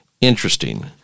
interesting